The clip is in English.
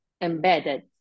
embedded